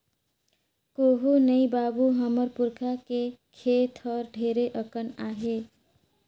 कुहू नइ बाबू, हमर पुरखा के खेत हर ढेरे अकन आहे